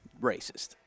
Racist